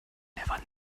never